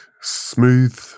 smooth